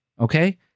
okay